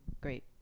great